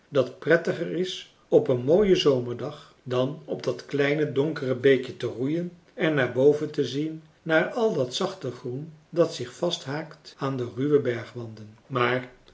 dat prettiger is op een mooien zomerdag dan op dat kleine donkere beekje te roeien en naar boven te zien naar al dat zachte groen dat zich vasthaakt aan de ruwe bergwanden maar